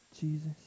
Jesus